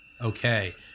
Okay